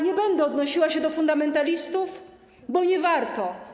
Nie będę odnosiła się do fundamentalistów, bo nie warto.